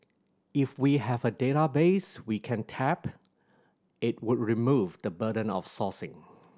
if we have a database we can tap it would remove the burden of sourcing